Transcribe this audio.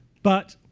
but